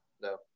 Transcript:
no